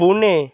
Pune